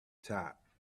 top